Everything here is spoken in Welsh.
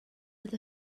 oedd